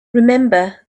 remember